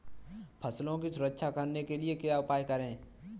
फसलों की सुरक्षा करने के लिए क्या उपाय करें?